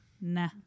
Nah